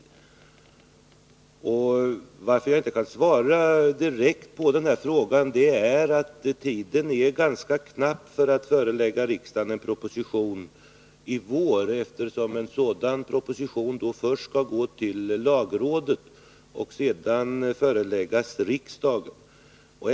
Anledningen till att jag inte kan svara direkt på John Anderssons fråga är att tiden för att förelägga riksdagen en proposition i vår är ganska knapp; en sådan proposition skall först gå till lagrådet och sedan föreläggas riksdagen.